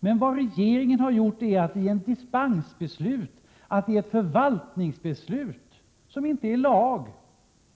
Men vad regeringen har gjort är att den i ett dispensbeslut, i ett förvaltningsbeslut, som alltså inte är lag, har